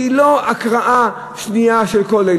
שהיא לא הקראה שנייה של כל השמות.